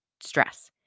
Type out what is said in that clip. stress